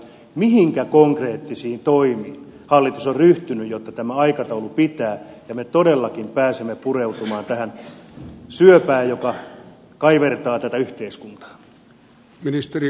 mihinkä konkreettisiin toimiin hallitus on ryhtynyt jotta tämä aikataulu pitää ja me todellakin pääsemme pureutumaan tähän syöpään joka kaivertaa tätä yhteiskuntaa